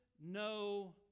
no